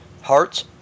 Hearts